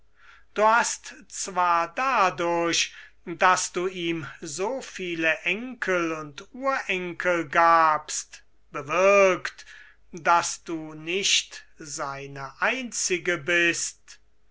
du hast zwar dadurch daß du ihm so viele enkel und urenkel gabst bewirkt daß du nicht seine einzige bist